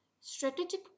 Strategic